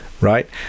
right